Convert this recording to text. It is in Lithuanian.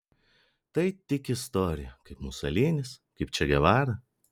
tai tik istorija kaip musolinis kaip če gevara